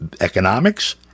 economics